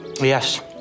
Yes